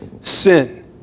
sin